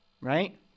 Right